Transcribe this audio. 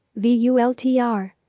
VULTR